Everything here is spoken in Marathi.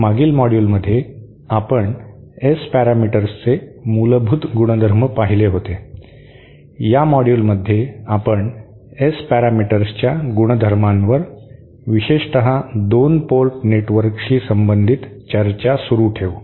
मागील मॉड्यूलमध्ये आपण S पॅरामीटर्सचे मूलभूत गुणधर्म पाहिले होते या मॉड्यूलमध्ये आपण S पॅरामीटर्सच्या गुणधर्मांवर विशेषत 2 पोर्ट नेटवर्कशी संबंधित चर्चा सुरू ठेवू